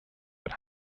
but